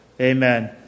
Amen